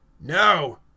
no